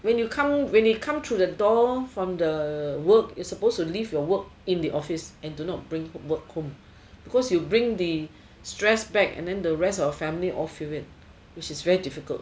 when you come when it come through the door from the work is supposed to leave your work in the office and do not bring work home because you bring the stress back and then the rest of family all feel it which is very difficult